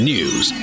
News